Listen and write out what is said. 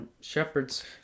Shepherds